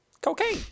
cocaine